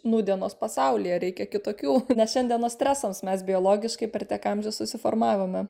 nūdienos pasaulyje reikia kitokių net šiandienos stresams mes biologiškai per tiek amžių susiformavome